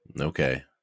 Okay